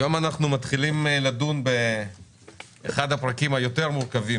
היום אנחנו מתחילים לדון באחד הפרקים היותר מורכבים